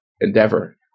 endeavor